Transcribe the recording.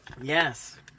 Yes